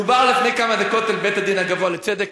דובר לפני כמה דקות על בית-הדין הגבוה לצדק,